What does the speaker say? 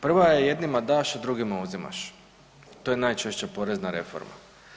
Prva je jednima daš, a drugima uzimaš i to je najčešća porezna reforma.